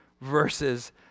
verses